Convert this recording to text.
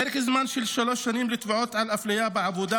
פרק זמן של שלוש שנים לתביעות על אפליה בעבודה